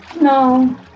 No